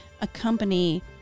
accompany